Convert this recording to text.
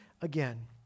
again